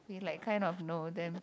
he like kind of know them